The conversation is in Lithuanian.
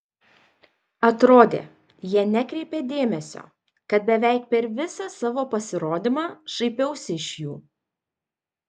atrodė jie nekreipia dėmesio kad beveik per visą savo pasirodymą šaipiausi iš jų